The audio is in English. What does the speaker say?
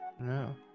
No